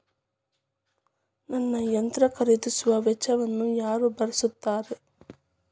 ನನ್ನ ಯಂತ್ರ ಖರೇದಿಸುವ ವೆಚ್ಚವನ್ನು ಯಾರ ಭರ್ಸತಾರ್?